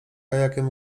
kajakiem